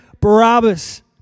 Barabbas